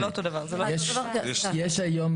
יש כבר היום,